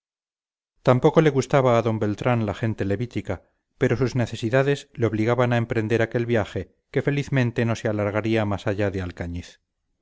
tampoco le gustaba a d beltrán la gente levítica pero sus necesidades le obligaban a emprender aquel viaje que felizmente no se alargaría más allá de alcañiz